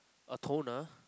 a toner